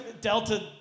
Delta